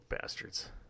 bastards